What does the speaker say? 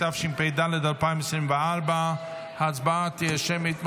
התשפ"ד 2024. ההצבעה תהיה שמית.